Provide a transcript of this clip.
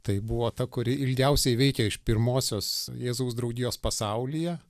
tai buvo ta kuri ilgiausiai veikė iš pirmosios jėzaus draugijos pasaulyje